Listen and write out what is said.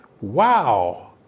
wow